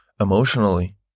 emotionally